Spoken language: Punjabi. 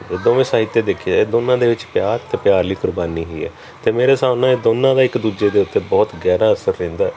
ਦੋਵੇਂ ਸਾਈਡ 'ਤੇ ਦੇਖੇ ਦੋਨਾਂ ਦੇ ਵਿੱਚ ਪਿਆਰ ਅਤੇ ਪਿਆਰ ਲਈ ਕੁਰਬਾਨੀ ਹੀ ਹੈ ਅਤੇ ਮੇਰੇ ਹਿਸਾਬ ਨਾਲ ਇਹ ਦੋਨਾਂ ਦਾ ਇੱਕ ਦੂਜੇ ਦੇ ਉੱਤੇ ਬਹੁਤ ਗਹਿਰਾ ਅਸਰ ਰਹਿੰਦਾ